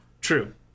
True